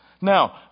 Now